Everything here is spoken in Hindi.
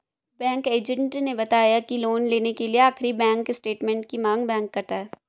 बैंक एजेंट ने बताया की लोन लेने के लिए आखिरी बैंक स्टेटमेंट की मांग बैंक करता है